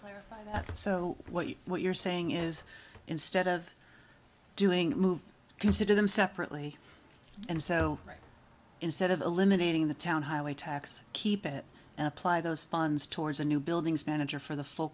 so what you what you're saying is instead of doing it move consider them separately and so instead of eliminating the town highway tax keep it and apply those funds towards the new buildings manager for the full